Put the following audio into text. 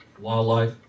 wildlife